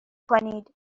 کنید